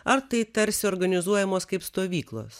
ar tai tarsi organizuojamos kaip stovyklos